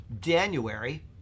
january